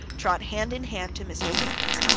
trot hand in hand to mr. meeker's.